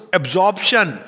absorption